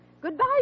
Goodbye